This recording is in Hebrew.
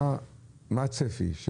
מה הצפי?